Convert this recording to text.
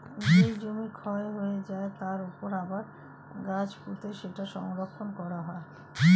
যেই জমি ক্ষয় হয়ে যায়, তার উপর আবার গাছ পুঁতে সেটা সংরক্ষণ করা হয়